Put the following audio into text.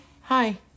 hi